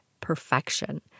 perfection